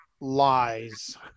lies